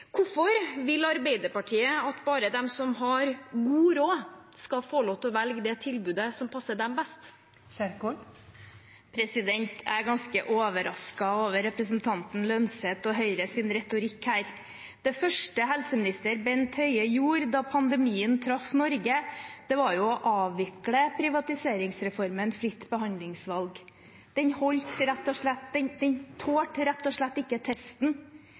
Hvorfor vil Arbeiderpartiet at bare de som har god råd, skal få lov til å velge det tilbudet som passer dem best? Jeg er ganske overrasket over representanten Lønseth og Høyres retorikk her. Det første helseminister Bent Høie gjorde da pandemien traff Norge, var å avvikle privatiseringsreformen fritt behandlingsvalg. Den tålte rett og slett